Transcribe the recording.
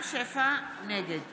נגד